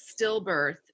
stillbirth